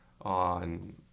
on